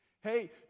Hey